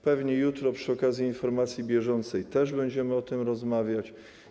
Pewnie jutro przy okazji informacji bieżącej też będziemy o tym rozmawiać.